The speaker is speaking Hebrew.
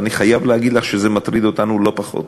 ואני חייב להגיד לך שזה מטריד אותנו לא פחות.